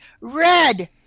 red